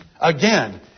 Again